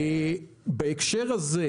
בהקשר הזה,